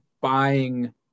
buying